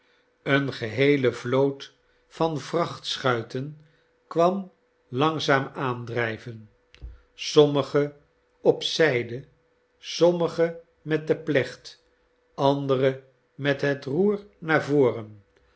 eene geheele vloot van vrachtschuiten kwam langzaam aandrij ven sommige op zijde sommige met de plecht andere met het roer naar voren